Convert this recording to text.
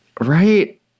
Right